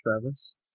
Travis